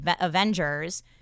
Avengers